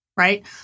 Right